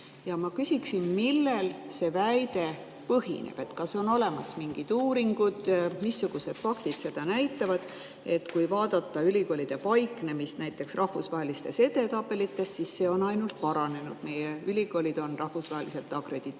Ma küsin: millel see väide põhineb? Kas on olemas mingid uuringud? Missugused faktid seda näitavad? Kui vaadata ülikoolide paiknemist näiteks rahvusvahelistes edetabelites, siis see on ainult paranenud, meie ülikoolid on rahvusvaheliselt akrediteeritud.